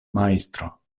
majstro